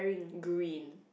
green